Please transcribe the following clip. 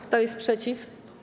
Kto jest przeciw?